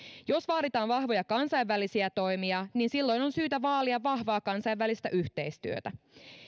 jos vaaditaan vahvoja kansainvälisiä toimia niin silloin on syytä vaalia vahvaa kansainvälistä yhteistyötä